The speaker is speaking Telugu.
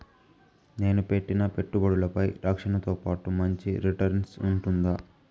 నేను పెట్టిన పెట్టుబడులపై రక్షణతో పాటు మంచి రిటర్న్స్ ఉంటుందా?